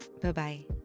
Bye-bye